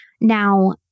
Now